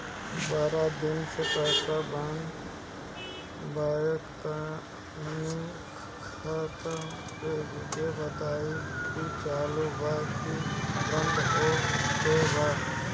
बारा दिन से पैसा बा न आबा ता तनी ख्ताबा देख के बताई की चालु बा की बंद हों गेल बा?